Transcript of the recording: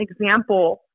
example